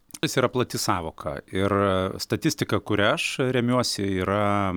jis yra plati sąvoka ir statistika kurią aš remiuosi yra